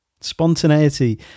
Spontaneity